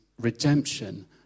redemption